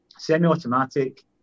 Semi-automatic